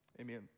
Amen